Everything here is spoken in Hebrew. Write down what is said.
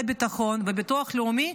עם משרד הביטחון וביטוח לאומי,